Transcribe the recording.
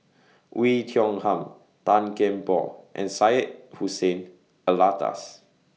Oei Tiong Ham Tan Kian Por and Syed Hussein Alatas